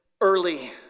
early